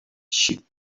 sheep